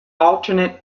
alternate